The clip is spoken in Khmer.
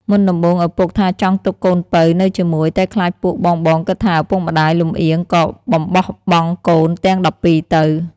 មុនដំបូងឪពុកថាចង់ទុក្ខកូនពៅនៅជាមួយ តែខ្លាចពួកបងៗគិតថាឪពុកម្តាយលម្អៀងក៏បំបោះបង់កូនទាំង១២ទៅ។